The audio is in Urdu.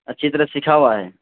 اچھی طرح سیکھا ہوا ہے